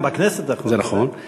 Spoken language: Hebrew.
גם בכנסת זה נכון, וודאי.